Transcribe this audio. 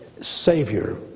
Savior